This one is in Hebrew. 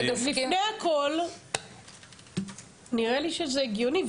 לפני הכול נראה לי שזה הגיוני,